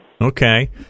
Okay